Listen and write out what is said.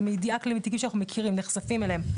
זה מידיעה מתיקים שאנחנו נחשפים אליהם,